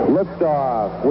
Liftoff